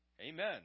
Amen